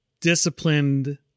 disciplined